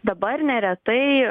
dabar neretai